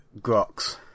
Grox